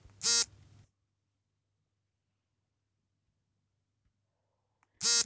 ನಾನು ಅಣಬೆ ಬೆಳೆಯನ್ನು ಬೆಳೆದ ನಂತರ ಅದನ್ನು ಎಲ್ಲಿ ಮಾರುಕಟ್ಟೆಗೊಳಿಸಬೇಕು ಎಂದು ಹೇಗೆ ತಿಳಿದುಕೊಳ್ಳುವುದು?